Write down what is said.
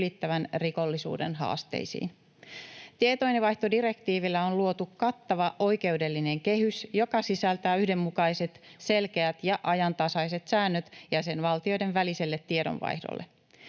ylittävän rikollisuuden haasteisiin. Tietojenvaihtodirektiivillä on luotu kattava oikeudellinen kehys, joka sisältää yhdenmukaiset, selkeät ja ajantasaiset säännöt jäsenvaltioiden väliselle tiedonvaihdolle.